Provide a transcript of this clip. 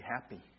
happy